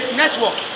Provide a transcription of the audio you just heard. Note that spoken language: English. network